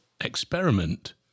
experiment